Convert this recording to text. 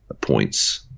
Points